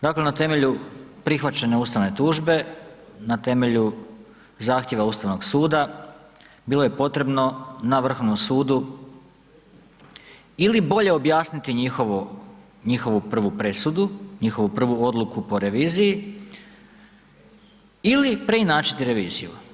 Dakle, na temelju prihvaćene ustavne tužbe, na temelju zahtjeva Ustavnog suda bilo je potrebno na Vrhovnom sudu ili bolje objasniti njihovu prvu presudu, njihovu prvu odluku po reviziji ili preinačiti reviziju.